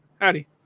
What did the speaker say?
Howdy